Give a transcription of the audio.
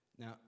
Now